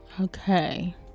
Okay